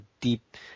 deep